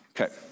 Okay